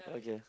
okay